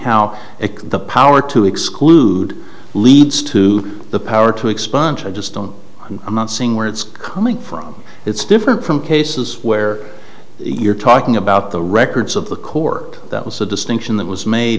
how the power to exclude leads to the power to expunge i just don't i'm not seeing where it's coming from it's different from cases where you're talking about the records of the court that was a distinction that was made